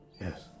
yes